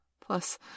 Plus